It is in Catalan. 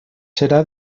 serà